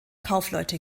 kaufleute